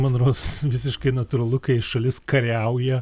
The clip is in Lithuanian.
man rodos visiškai natūralu kai šalis kariauja